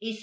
et